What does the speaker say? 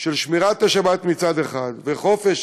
של שמירת השבת מצד אחד, וחופש